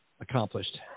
accomplished